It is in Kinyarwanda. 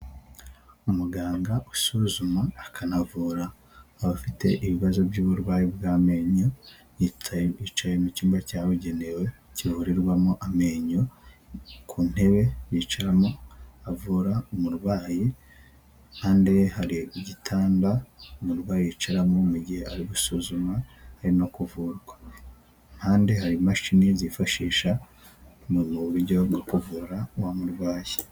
Umuganga usuzuma akanavura abafite ibibazo by'uburwayi bw'amenyo yicaye mu cyumba cyabugenewe kivurirwamo amenyo ku ntebe bicaramo bavura umurwayi, impande ye hari igitanda umurwayi yicaramo mu gihe ari gusuzumwa ari no kuvurwa, impande hari imashini zifashishwa mu buryo bwo kuvura uwo murwayi.